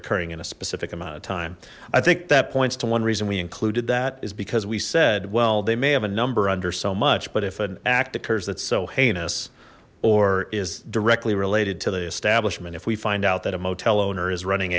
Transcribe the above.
occurring in a specific amount of time i think that points to one reason we included that is because we said well they may have a number under so much but if an act occurs that's so heinous or is directly related to the establishment if we find out that a motel owner is running